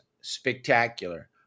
spectacular